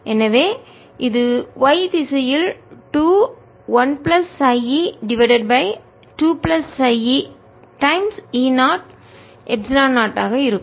எனவே இது y திசையில் 2 1 plus χ e divided by 2 plus χ e times E 0 epsilon 0 ஆக இருக்கும்